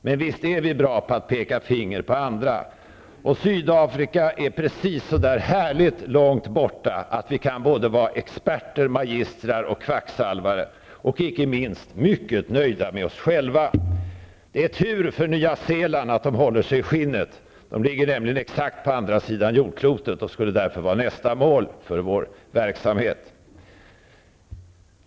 Men visst är vi bra på att peka finger på andra, och Sydafrika är precis så där härligt långt borta att vi kan vara experter, magistrar och kvacksalvare på en gång och, icke minst, mycket nöjda med oss själva. Det är tur för Nya Zeeland att man håller sig i skinnet. Nya Zeeland ligger nämligen exakt på andra sidan jordklotet och skulle därför vara nästa mål för vår verksamhet.